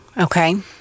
Okay